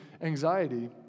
anxiety